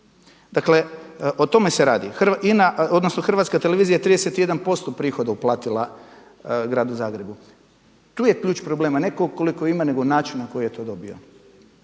Dakle, o tome se radi. INA odnosno Hrvatska televizija je 31% prihoda uplatila gradu Zagrebu. Tu je ključ problema. Ne tko koliko ima nego način na koji je to dobio.